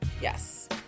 yes